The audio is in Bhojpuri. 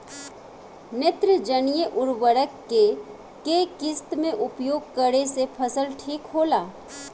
नेत्रजनीय उर्वरक के केय किस्त मे उपयोग करे से फसल ठीक होला?